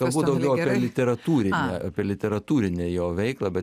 kalbu daugiau apie literatūrinę apie literatūrinę jo veiklą bet